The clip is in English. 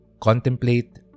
Contemplate